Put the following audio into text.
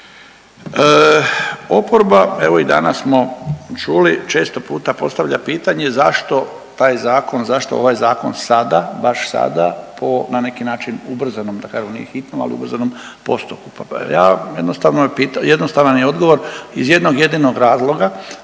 Oporba, evo i danas smo čuli, često puta postavlja pitanje zašto taj zakon, zašto ovaj Zakon sada, baš sada, po, na neki način, ubrzanom, da kažem, nije hitnom, ali ubrzanom postupku pa ja jednostavno je pitanje, jednostavan je odgovor iz jednog jedinog razloga